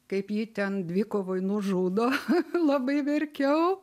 kaip jį ten dvikovoj nužudo cha cha labai verkiau